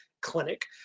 clinic